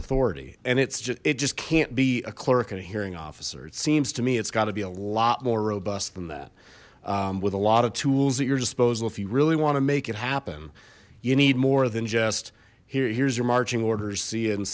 authority and it's just it just can't be a clerk and a hearing officer it seems to me it's got to be a lot more robust than that with a lot of tools at your disposal if you really want to make it happen you need more than just here's your marching orders see i